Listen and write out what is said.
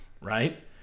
Right